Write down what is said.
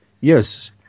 Yes